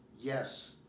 Yes